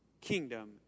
kingdom